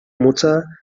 mutter